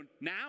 now